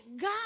God